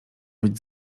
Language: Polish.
być